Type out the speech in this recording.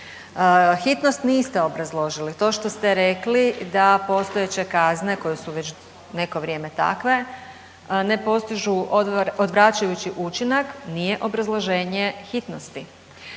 Hitnost niste obrazložili. To što ste rekli da postojeće kazne koje su već neko vrijeme takve ne postižu odvraćajući učinak nije obrazloženje hitnosti.